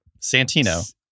Santino